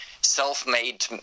self-made